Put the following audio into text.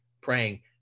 praying